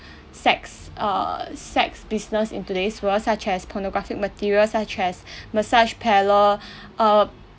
sex uh sex business in today's world such as pornographic materials such as massage parlour uh